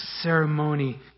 ceremony